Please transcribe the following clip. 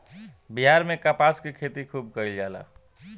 बिहार में कपास के खेती खुब कइल जाला